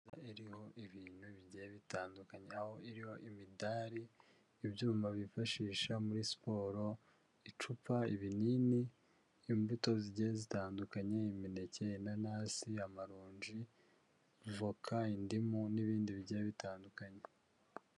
Iriho ibintu bigiye bitandukanye, aho iriho imidari, ibyuma bifashisha muri siporo, icupa, ibinini, imbuto zigiye zitandukanye, imineke, inanasi, amaronji, voka, indimu n'ibindi bigiye bitandukanye.